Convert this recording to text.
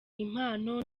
impano